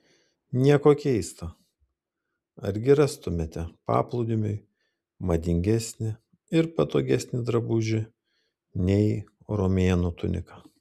nieko keista argi rastumėte paplūdimiui madingesnį ir patogesnį drabužį nei romėnų tunika